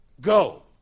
Go